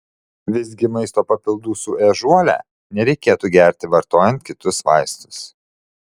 visgi maisto papildų su ežiuole nereikėtų gerti vartojant kitus vaistus